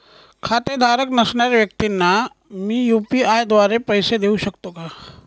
खातेधारक नसणाऱ्या व्यक्तींना मी यू.पी.आय द्वारे पैसे देऊ शकतो का?